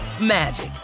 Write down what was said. magic